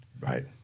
Right